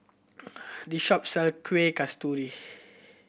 this shop sell Kueh Kasturi